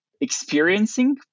experiencing